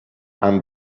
and